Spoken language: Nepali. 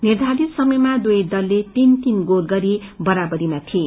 निध्यरित समयमा दुवै दलले तन तीन गोल गरी बराबरीमा थिए